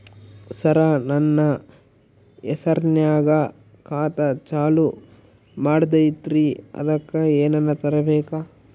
ಸರ, ನನ್ನ ಹೆಸರ್ನಾಗ ಖಾತಾ ಚಾಲು ಮಾಡದೈತ್ರೀ ಅದಕ ಏನನ ತರಬೇಕ?